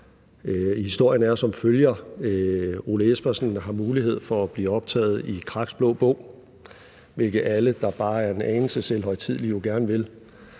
Historien er som følger: Ole Espersen har mulighed for at blive optaget i Kraks Blå Bog, hvilket alle, der bare er en anelse selvhøjtidelige, jo gerne vil,